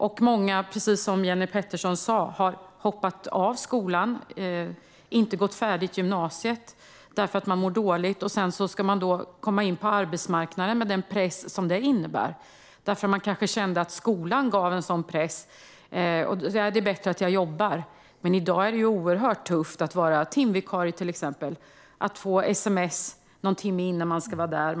Och många har, precis som Jenny Petersson sa, hoppat av skolan och inte gått färdigt gymnasiet för att de mår dåligt. Sedan ska de komma in på arbetsmarknaden med den press som det innebär. De kanske kände att skolan gav en sådan press och tänkte att det är bättre att jobba. Men i dag är det oerhört tufft att vara till exempel timvikarie och få ett sms någon timme innan man ska vara på jobbet.